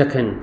जखनि